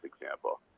example